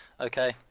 Okay